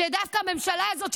שדווקא הממשלה הזאת,